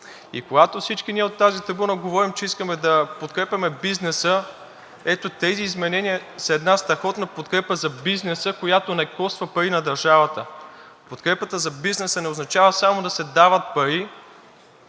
И когато всички ние от тази трибуна говорим, че искаме да подкрепяме бизнеса, ето тези изменения са една страхотна подкрепа за бизнеса, която не коства пари на държавата. Подкрепата за бизнеса не означава само да се дават пари,